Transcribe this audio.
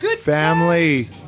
Family